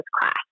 class